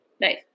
Nice